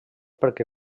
perquè